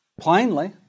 plainly